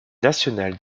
national